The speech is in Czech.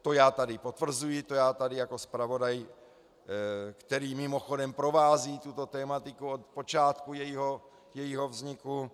To já tady potvrzuji, to já tady jako zpravodaj, který mimochodem provází tuto tematiku od počátku jejího vzniku.